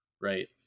right